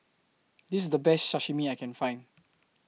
This IS The Best Sashimi that I Can Find